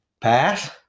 pass